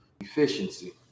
efficiency